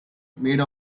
made